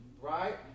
right